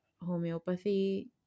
homeopathy